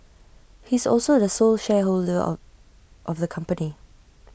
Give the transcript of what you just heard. he is also the sole shareholder of the company